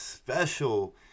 special